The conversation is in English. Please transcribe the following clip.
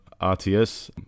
rts